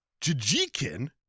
Jijikin